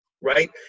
right